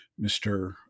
Mr